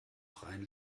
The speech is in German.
freien